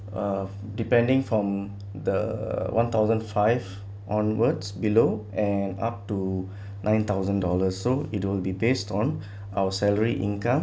uh depending from the one thousand five onwards below and up to nine thousand dollars so it will be based on our salary income